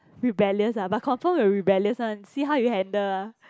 rebellious ah but confirm will rebellious one see how you handle ah